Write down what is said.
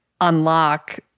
unlock